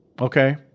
Okay